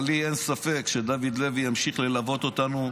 אבל לי אין ספק שדוד לוי ימשיך ללוות אותנו,